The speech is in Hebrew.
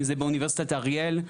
אם זה באוניברסיטת אריאל,